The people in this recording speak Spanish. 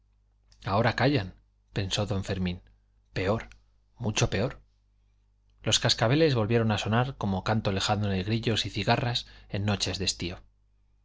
ahora callan pensó don fermín peor mucho peor los cascabeles volvieron a sonar como canto lejano de grillos y cigarras en noche de estío